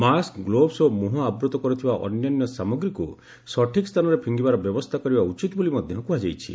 mask gloves ଓ ମୁହଁ ଆବୃତ୍ତ କରୁଥିବା ଅନ୍ୟାନ୍ୟ ସାମଗ୍ରୀକୁ ସଠିକ୍ ସ୍ଥାନରେ ପିଙ୍ଗିବାର ବ୍ୟବସ୍ଥା କରିବା ଉଚିତ ବୋଲି ମଧ୍ୟ କୃହାଯାଇଛି